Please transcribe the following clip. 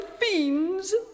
fiends